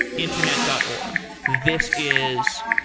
internet dot org. this is